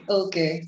okay